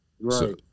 Right